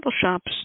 shops